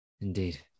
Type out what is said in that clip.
indeed